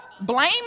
blame